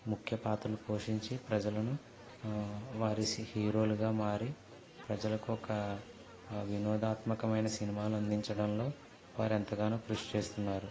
ముఖ్య పాత్రలు పోషించి ప్రజలను వారి స్ హీరోలుగా మారి ప్రజలకు ఒక వినోదాత్మకమైన సినిమాలు అందించడంలో వారు ఎంతగానో కృషి చేస్తున్నారు